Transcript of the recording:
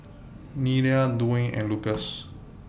Nelia Dwaine and Lucas